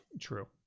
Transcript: True